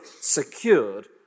secured